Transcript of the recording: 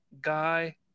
Guy